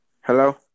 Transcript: Hello